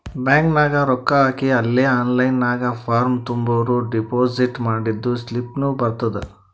bank ನಾಗ್ ರೊಕ್ಕಾ ಹಾಕಿ ಅಲೇ ಆನ್ಲೈನ್ ನಾಗ್ ಫಾರ್ಮ್ ತುಂಬುರ್ ಡೆಪೋಸಿಟ್ ಮಾಡಿದ್ದು ಸ್ಲಿಪ್ನೂ ಬರ್ತುದ್